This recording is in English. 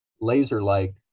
laser-like